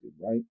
right